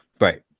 Right